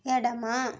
ఎడమ